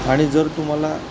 आणि जर तुम्हाला